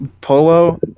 polo